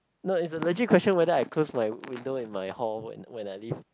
no it's a legit question whether I close my window in my hall when when I leave